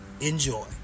Enjoy